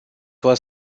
was